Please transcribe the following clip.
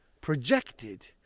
projected